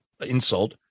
insult